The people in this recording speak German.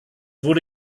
wurde